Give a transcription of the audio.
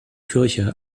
kirche